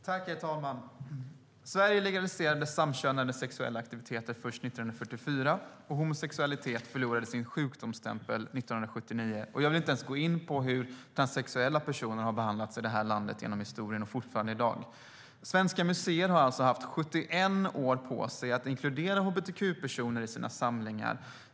Herr talman! Sverige legaliserade samkönade sexuella aktiviteter först 1944, och homosexualitet förlorade sin sjukdomsstämpel 1979. Jag vill inte ens gå in på hur transsexuella personer har behandlats i det här landet genom historien och fortfarande behandlas i dag. Svenska museer har alltså haft 71 år på sig att inkludera hbtq-personer i sina samlingar.